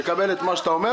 אני מקבל את מה שאתה אומר.